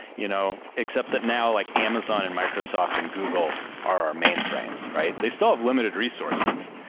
you know except that now like amazon and microsoft and google are our mainframes, right? they still have limited resources.